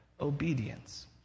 obedience